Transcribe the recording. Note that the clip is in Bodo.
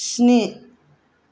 स्नि